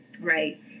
right